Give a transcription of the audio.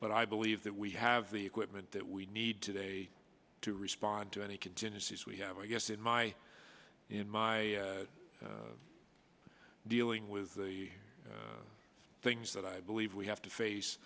but i believe that we have the equipment that we need today to respond to any contingencies we have i guess in my in my dealing with the things that i believe we have to face